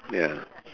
ya